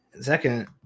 second